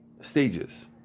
stages